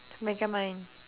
megamind